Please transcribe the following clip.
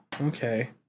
okay